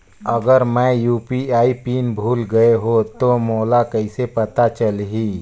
अगर मैं UPI pin भुल गये हो तो मोला कइसे पता चलही?